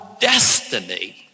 destiny